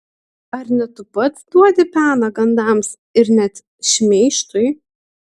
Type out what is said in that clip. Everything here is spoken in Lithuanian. ar ne tu pats duodi peną gandams ir net šmeižtui